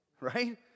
Right